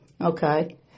okay